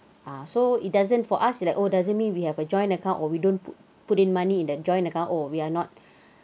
ah so it doesn't for us it like oh doesn't mean we have a joint account oh we don't put put in money in the joint account oh we're not